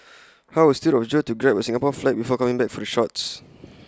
how astute of Joe to grab A Singapore flag before coming back for the shots